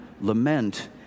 lament